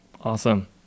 Awesome